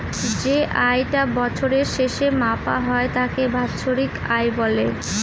যে আয় টা বছরের শেষে মাপা হয় তাকে বাৎসরিক আয় বলে